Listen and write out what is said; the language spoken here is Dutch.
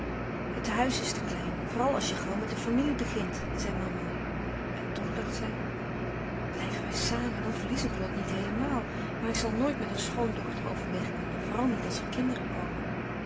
het huis is te klein vooral als je gauw met een familie begint zei mama en toch dacht zij blijven wij samen dan verlies ik lot niet heelemaal maar ik zal nooit met een schoondochter overweg kunnen vooral niet als er kinderen komen